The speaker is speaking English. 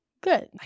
Good